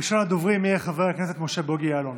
ראשון הדוברים יהיה חבר הכנסת משה בוגי יעלון.